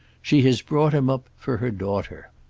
she has brought him up for her daughter.